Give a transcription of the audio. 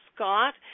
Scott